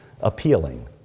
appealing